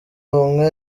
umwe